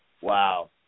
Wow